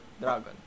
Dragon